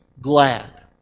glad